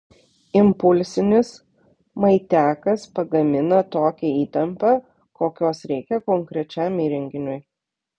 impulsinis maitiakas pagamina tokią įtampą kokios reikia konkrečiam įrenginiui